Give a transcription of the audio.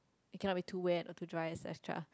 cannot be too wet or too dry etcetera